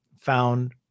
found